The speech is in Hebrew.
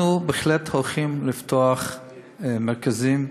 אנחנו בהחלט הולכים לפתוח מרכזים,